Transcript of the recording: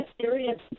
serious